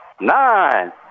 nine